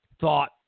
thought